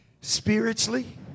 Spiritually